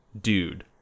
dude